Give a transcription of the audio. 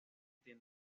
tiene